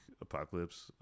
Apocalypse